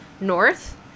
north